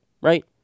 right